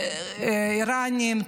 האיראנים,